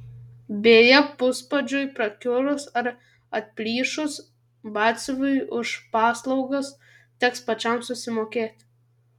beje puspadžiui prakiurus ar atplyšus batsiuviui už paslaugas teks pačiam susimokėti